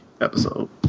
episode